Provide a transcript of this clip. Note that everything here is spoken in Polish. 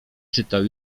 czytał